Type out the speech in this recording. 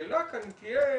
השאלה כאן תהיה,